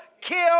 kill